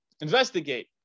investigate